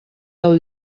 del